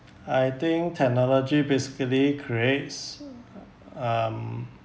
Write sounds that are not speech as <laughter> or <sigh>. I think technology basically creates <noise> um